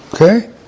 Okay